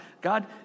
God